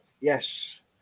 yes